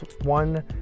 one